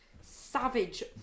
savage